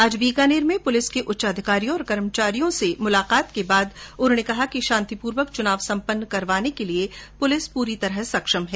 आज बीकानेर में पुलिस के उच्च अधिकारियों और कर्मचारियों से मुलाकात करने के बाद उन्होंने कहा कि शांतिपूर्वक चुनाव सम्पन्न करवाने के लिए पुलिस पूरी तरह सक्षम है